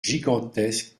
gigantesques